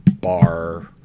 bar